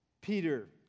Peter